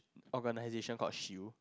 organisation called shield